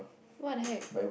what the heck